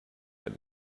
had